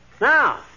Now